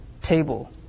table